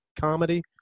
comedy